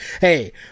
hey